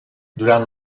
durant